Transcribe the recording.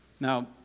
Now